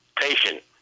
patient